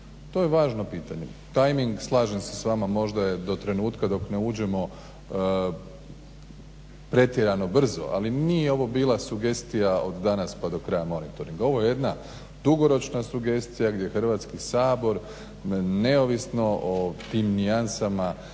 To je važno pitanje. Tajming, slažem se s vama, možda je do trenutka dok ne uđemo pretjerano brzo ali nije ovo bila sugestija od danas pa do kraja monitoringa. Ovo je jedna dugoročna sugestija gdje Hrvatski sabor neovisno o tim nijansama